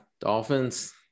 dolphins